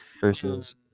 Versus